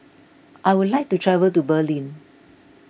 I would like to travel to Berlin